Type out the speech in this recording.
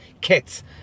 kits